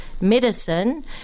Medicine